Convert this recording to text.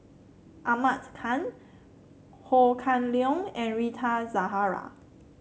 Ahmad Khan Ho Kah Leong and Rita Zahara